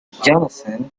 jonathan